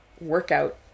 workout